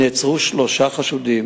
עצרה חשוד.